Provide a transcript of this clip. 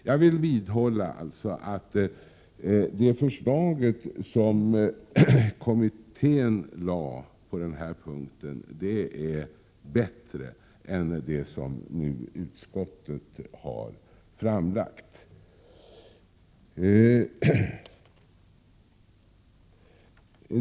Jag vidhåller att det förslag som kommittén lade fram på den här punkten är bättre än det som utskottet nu har framlagt.